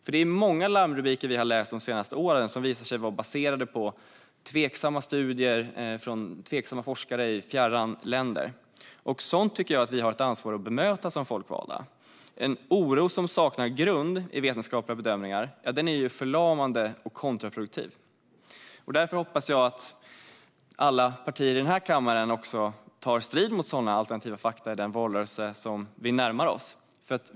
Vi har läst många larmrubriker de senaste åren som sedan visat sig vara baserade på tveksamma studier från tveksamma forskare i fjärran länder. Sådant tycker jag att vi folkvalda har ett ansvar att bemöta. En oro som saknar grund i vetenskapliga bedömningar är förlamande och kontraproduktiv. Därför hoppas jag att alla partier i den här kammaren tar strid mot sådana alternativa fakta i den valrörelse som närmar sig.